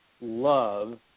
love